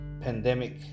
pandemic